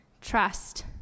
trust